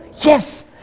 Yes